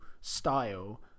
style